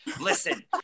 listen